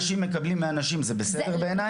לא, זה שאנשים מקבלים מאנשים, זה בסדר בעינייך?